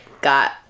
got